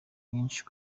myinshi